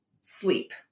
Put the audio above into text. sleep